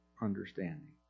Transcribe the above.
understanding